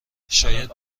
شاید